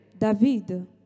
David